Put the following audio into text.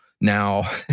now